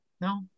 no